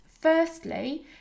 Firstly